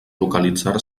localitzar